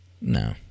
No